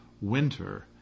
winter